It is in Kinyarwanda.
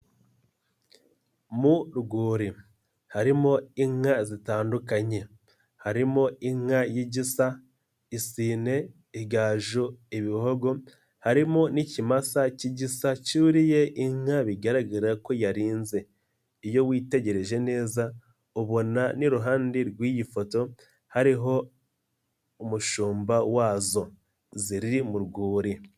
Mu rwuri harimo inka zitandukanye, harimo inka y'igisa, isine, igaju, ibihogo, harimo n'ikimasa k'igisa cyuriye inka bigaragara ko yarinze, iyo witegereje neza ubona n'iruhande rw'iyi foto hariho umushumba wazo ziri mu rwuri.